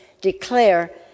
declare